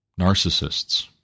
narcissists